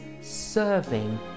Serving